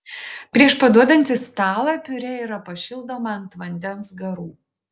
prieš paduodant į stalą piurė yra pašildoma ant vandens garų